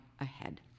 ahead